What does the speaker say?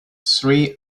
sri